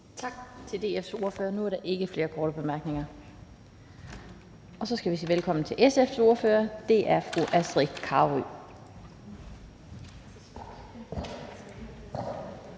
Tak til DF's ordfører. Nu er der ikke flere korte bemærkninger, og så skal vi sige velkommen til SF's ordfører. Det er fru Astrid Carøe.